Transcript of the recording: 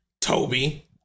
toby